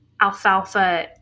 Alfalfa